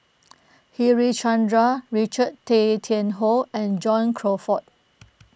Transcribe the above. Harichandra Richard Tay Tian Hoe and John Crawfurd